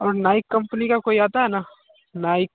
और Nike company का कोई आता है ना नाइक